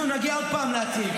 אנחנו נגיע עוד פעם להציל,